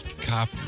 cop